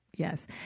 Yes